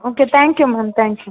okay thank you ma'am thanks ma'am